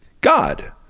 God